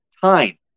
Time